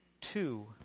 two